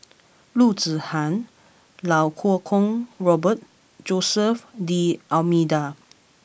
Loo Zihan Iau Kuo Kwong Robert Jose D'almeida